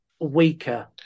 weaker